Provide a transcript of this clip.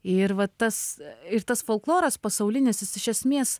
ir va tas ir tas folkloras pasaulinis jis iš esmės